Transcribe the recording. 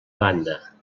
banda